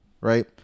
right